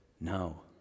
No